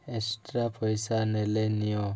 extra ପଇସା ନେଲେ ନିିଅ